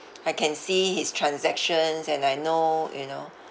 I can see his transactions and I know you know